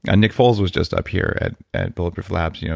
ah nick foles was just up here at at bulletproof labs, you know